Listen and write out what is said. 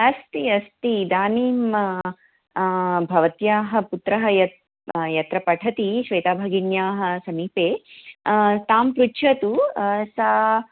अस्ति अस्ति इदानीं भवत्याः पुत्रः यत् यत्र पठति श्वेताभगिन्याः समीपे तां पृच्छतु सा